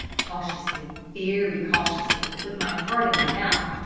cautiously, very cautiously, with my heart in my mouth,